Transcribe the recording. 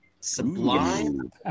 sublime